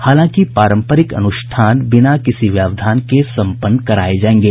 हालांकि पारम्परिक अनुष्ठान बिना किसी व्यवधान के सम्पन्न कराए जाएंगे